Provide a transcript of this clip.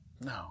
No